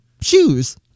shoes